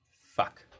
fuck